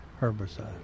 herbicide